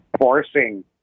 forcing